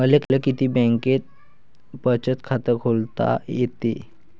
मले किती बँकेत बचत खात खोलता येते?